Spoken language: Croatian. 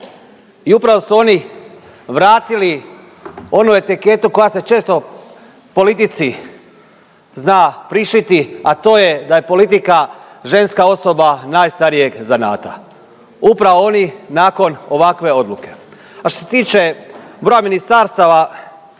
I upravo su oni vratili onu etiketu koja se često u politici zna prišiti, a to je da je politika ženska osoba najstarijeg zanata. Upravo oni nakon ovakve odluke. A što se tiče broja ministarstava